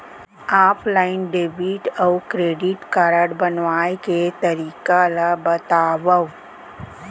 Offline debit अऊ credit card बनवाए के तरीका ल बतावव?